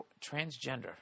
Transgender